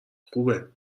خوبه